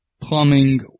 plumbing